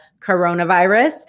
coronavirus